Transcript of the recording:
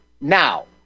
now